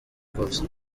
bwose